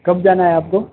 कब जाना है आपको